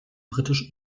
britisch